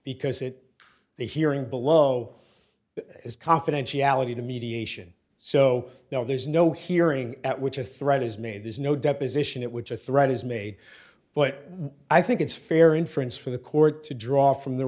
because it the hearing below is confidentiality to mediation so now there's no hearing at which a threat is made there's no deposition at which a threat is made but i think it's fair inference for the court to draw from the